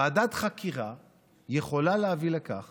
ועדת חקירה יכולה להביא לכך